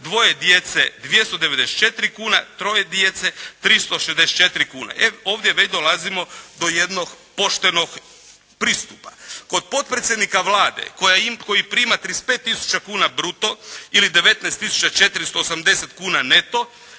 dvoje djece 294 kune, troje djece 364 kune. E ovdje već dolazimo do jednog poštenog pristupa. Kod potpredsjednika Vlade koji prima 35 tisuća kuna bruto ili 19.480,00 kuna neto.